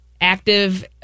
active